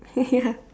ya